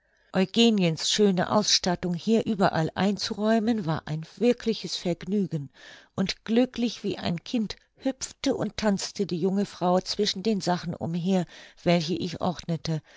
eugeniens schöne ausstattung hier überall einzuräumen war ein wirkliches vergnügen und glücklich wie ein kind hüpfte und tanzte die junge frau zwischen den sachen umher welche ich ordnete